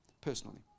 personally